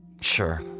Sure